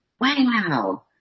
Wow